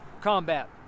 combat